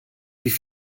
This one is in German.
wie